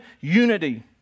unity